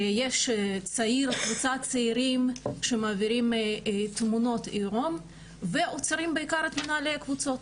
יש צעיר או קבוצת צעירים שמעבירים תמונות עירום בעיקר תמונה לקבוצות,